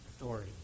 authority